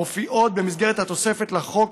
המופיעות במסגרת התוספת לחוק,